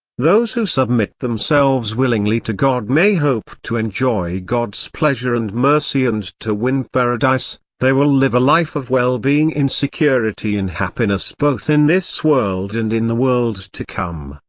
those who submit themselves willingly to god may hope to enjoy god's pleasure and mercy and to win paradise they will live a life of well being in security and happiness both in this world and in the world to come.